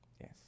Yes